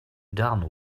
done